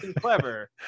clever